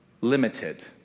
limited